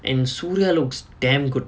in suria looks damn good